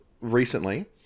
recently